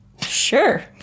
Sure